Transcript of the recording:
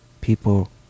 people